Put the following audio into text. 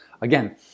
Again